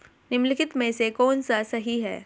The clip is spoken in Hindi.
निम्नलिखित में से कौन सा सही है?